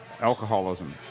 alcoholism